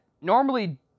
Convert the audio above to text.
normally